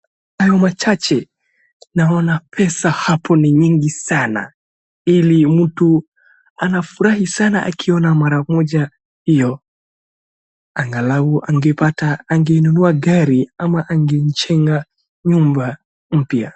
Kwa hayo machache naona pesa hapo ni nyingi sana ili mtu anafurahi sana akiona mara moja hiyo angalau angepata angenunua gari ama angejenga nyumba mpya.